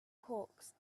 hawks